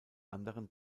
anderen